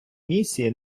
місії